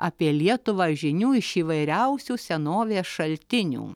apie lietuvą žinių iš įvairiausių senovės šaltinių